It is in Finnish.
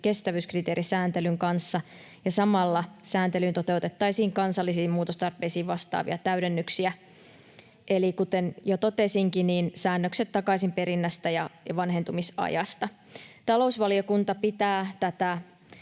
kestävyyskriteerisääntelyn kanssa, ja samalla sääntelyyn toteutettaisiin kansallisiin muutostarpeisiin vastaavia täydennyksiä eli — kuten jo totesinkin — säännökset takaisinperinnästä ja vanhentumisajasta. Talousvaliokunta pitää tätä